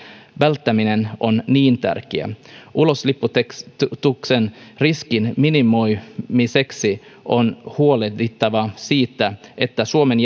välttäminen on niin tärkeää ulosliputuksen riskin minimoimiseksi on huolehdittava siitä että suomen